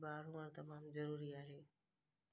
ॿार हुजणु तमामु ज़रूरी आहे